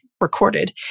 recorded